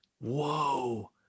whoa